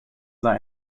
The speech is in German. sei